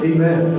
Amen